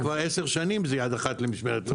כבר עשר שנים זה יד אחת למשמרת.